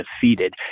defeated